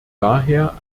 daher